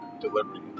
delivery